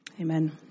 Amen